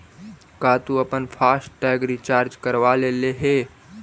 का तु अपन फास्ट टैग रिचार्ज करवा लेले हे?